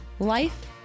Life